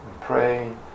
praying